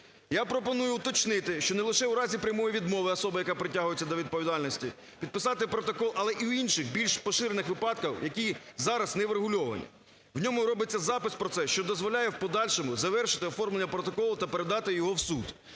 Я пропоную уточнити, що не лише в разі прямої відмови особа, яка притягується до відповідальності підписати протокол, але і в інших більш поширених випадках, які зараз не врегульовані, в ньому робиться запис про це, що дозволяє в подальшому завершити оформлення протоколу та передати його в суд.